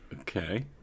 Okay